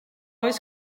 oes